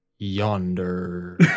Yonder